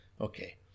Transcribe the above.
okay